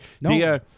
No